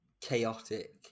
chaotic